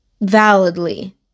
validly